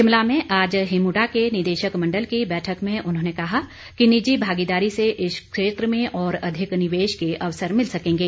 शिमला में आज हिमुडा के निदेशक मंडल की बैठक में उन्होंने कहा कि निजी भागीदारी से इस क्षेत्र में और अधिक निवेश के अवसर मिल सकेंगे